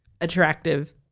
attractive